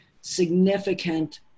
significant